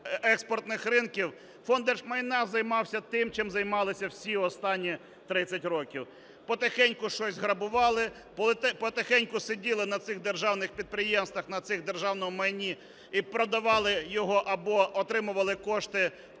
експортних ринків, Фонд держмайна займався тим, чим займалися всі останні 30 років: потихеньку щось грабували, потихеньку сиділи на цих державних підприємствах, на цьому державному майні і продавали його або отримували кошти